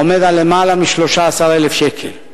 עומד על למעלה מ-13,000 שקל.